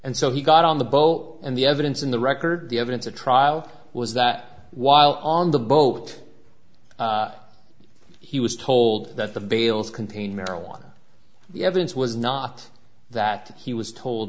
and so he got on the boat and the evidence in the record the evidence at trial was that while on the boat he was told that the bales contain marijuana the evidence was not that he was told